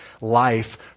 life